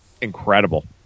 incredible